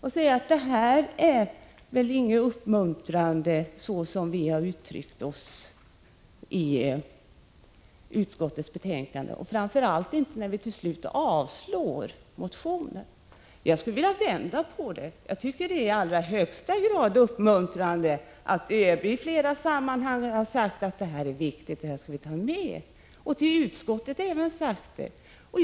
Carl-Johan Wilson säger att det inte är uppmuntrande som utskottsmajoriteten uttryckt sig, framför allt när motionen till slut avstyrks. Jag skulle vilja vända på det hela: Jag tycker det i allra högsta grad uppmuntrande är att överbefälhavaren i flera sammanhang sagt att samlevnadsfrågorna är någonting viktigt och att de tas med i undervisningen.